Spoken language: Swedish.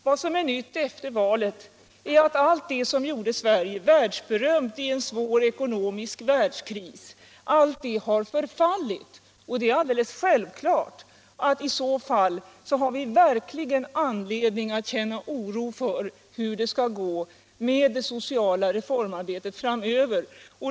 Vad som är nytt efter valet är att allt det som gjorde Sverige världsberömt — att kunna klara ekonomin och sysselsättningen i en svår ekonomisk världskris — har förfallit. Därför har vi självklart anledning att känna oro för hur det skall gå med det sociala reformarbetet framöver.